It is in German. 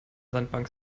sandbank